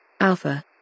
Alpha